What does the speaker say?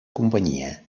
companyia